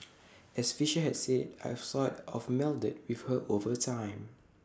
as Fisher had said I've sort of melded with her over time